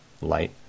light